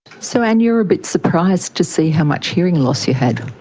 so anne you were a bit surprised to see how much hearing loss you had?